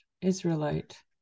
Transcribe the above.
Israelite